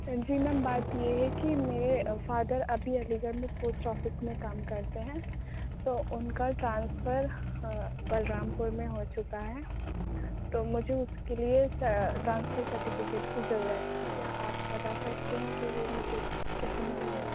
جی میم بات یہ ہے کہ میرے فادر ابھی علی گرھ میں وسٹ آفس میں کام کرتے ہیں تو اُن کا ٹرانسفر بلرامپور میں ہو چکا ہے تو مجھے اُس کے لیے ٹرانسفر سرٹیفکٹ کی ضرورت تھی کیا آپ بتا سکتی ہیں کہ وہ مجھے کیسے ملے گا